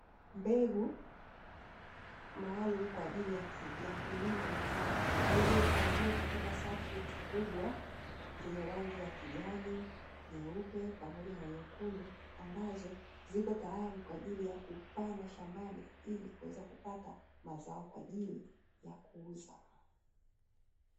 Mbegu maalumu kwa ajili ya kulima mazao, zilizohifadhiwa katika salifeti kubwa zenye rangi ya kijani na nyeupe, pamoja na nyekundu, ambazo zipo tayari kwa ajili ya kupandwa shambani, ili kuweza kupata mazao kwa ajili ya kuuza.